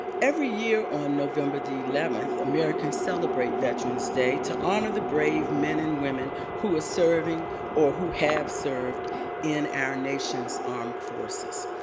every year on november the eleventh americans celebrate veterans day to honor the brave men and women who are serving or who have served in our nation's armed forces.